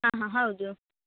ಹಾಂ ಹಾಂ ಹೌದು